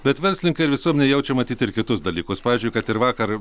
bet verslininkai ar visuomenė jaučia matyt ir kitus dalykus pavyzdžiui kad ir vakar